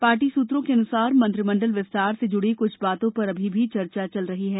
party सुत्रों के अनुसार मंत्रिमंडल विस्तार से जुड़ी कुछ बातों पर अभी भी चर्चा चल रही है